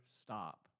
stop